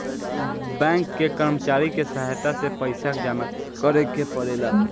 bank के कर्मचारी के सहायता से पइसा जामा करेके पड़ेला